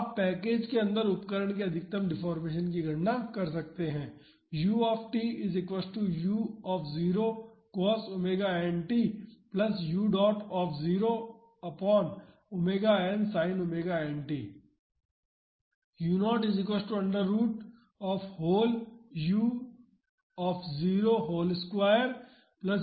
तो आप पैकेज के अंदर उपकरण के अधिकतम डेफोर्मेशन की गणना कर सकते हैं